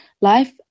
life